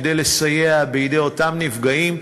כדי לסייע בידי אותם נפגעים,